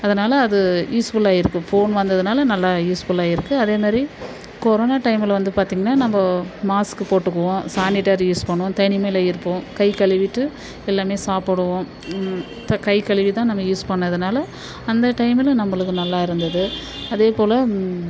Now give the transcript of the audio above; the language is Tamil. அதனால் அது யூஸ்ஃபுல்லாக இருக்கு ஃபோன் வந்ததினால நல்லா யூஸ்ஃபுல்லாக இருக்கு அதேமாதிரி கொரோனா டைமில் வந்து பார்த்திங்கன்னா நம்ப மாஸ்க்கு போட்டுக்குவோம் சானிட்டர் யூஸ் பண்ணுவோம் தனிமையில் இருப்போம் கை கழுவிட்டு எல்லாம் சாப்பிடுவோம் இப்போ கைகழுவிதான் நம்ம யூஸ் பண்ணினதுனால அந்த டைமில் நம்மளுக்கு நல்லாயிருந்தது அதேப்போல்